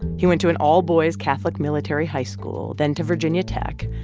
he went to an all-boys catholic military high school, then to virginia tech.